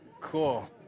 Cool